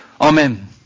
Amen